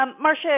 Marcia